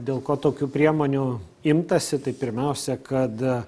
dėl ko tokių priemonių imtasi tai pirmiausia kad